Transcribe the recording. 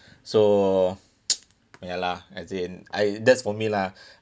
so ya lah as in I that's for me lah